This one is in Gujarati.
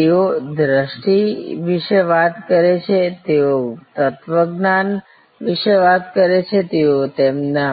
તેઓ દ્રષ્ટિ વિશે વાત કરે છે તેઓ તત્વજ્ઞાન વિશે વાત કરે છે તેઓ તેમના